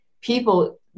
people